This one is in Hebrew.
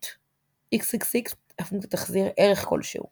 get_XXX - הפונקציה תחזיר ערך כלשהו